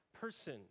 person